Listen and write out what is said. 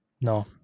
No